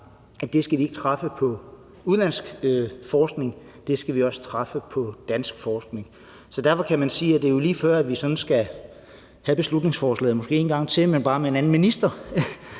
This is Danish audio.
det skal vi også træffe beslutning om på baggrund af dansk forskning. Derfor kan man sige, at det er lige før, vi sådan skal have beslutningsforslaget måske en gang til, men bare med en anden minister